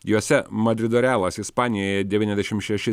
jose madrido realas ispanijoje devyniasdešim šeši